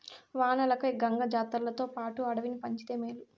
వానలకై గంగ జాతర్లతోపాటు అడవిని పంచితే మేలు